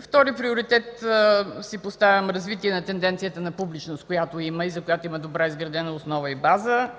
Втори приоритет, който си поставям, е развитие на тенденцията на публичност, която има и за която има добре изградени основа и база.